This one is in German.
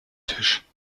tisch